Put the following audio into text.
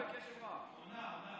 עונָה.